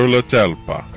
LaTelpa